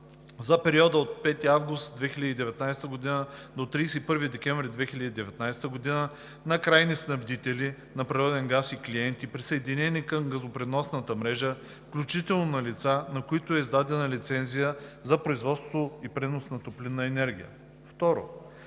за периода от 5 август 2019 г. до 31 декември 2019 г. – на крайни снабдители на природен газ и клиенти, присъединени към газопреносната мрежа, включително на лица, на които е издадена лицензия за производство и пренос на топлинна енергия;